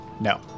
No